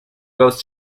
goes